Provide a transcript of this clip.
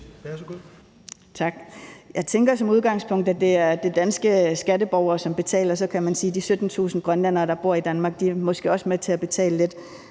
: Jeg tænker som udgangspunkt, at det er de danske skatteborgere, som betaler, og så kan man sige, at de 17.000 grønlændere, der bor i Danmark, måske også er med til at betale lidt.